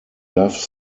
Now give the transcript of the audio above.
darf